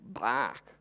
back